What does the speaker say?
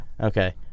Okay